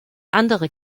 andere